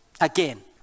Again